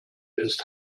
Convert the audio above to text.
ist